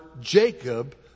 Jacob